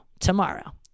tomorrow